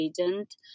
agent